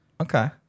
Okay